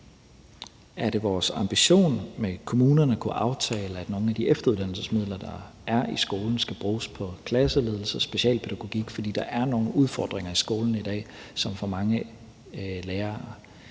er det vores ambition, at kommunerne kunne aftale, at nogle af de efteruddannelsesmidler, der er i skolen, skal bruges på klasseledelse og specialpædagogik, fordi der er nogle udfordringer i skolen i dag, som for mange lærere